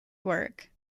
work